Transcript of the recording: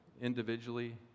individually